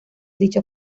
dicho